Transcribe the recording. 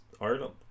ireland